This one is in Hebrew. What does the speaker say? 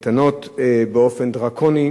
באופן דרקוני,